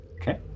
Okay